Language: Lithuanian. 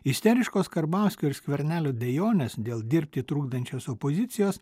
isteriškos karbauskio ir skvernelio dejonės dėl dirbti trukdančios opozicijos